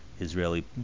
Israeli